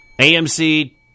AMC